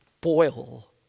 boil